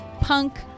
punk